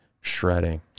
shredding